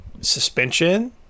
suspension